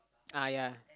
ah yeah